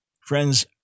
friends